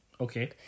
Okay